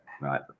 right